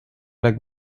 leg